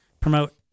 promote